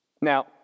Now